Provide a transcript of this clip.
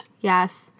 Yes